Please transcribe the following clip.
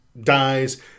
dies